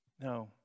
No